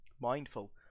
mindful